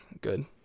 good